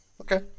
okay